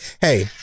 Hey